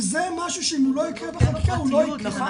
וזה משהו שאם הוא לא יקרה בחקיקה, הוא לא יקרה.